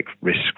risk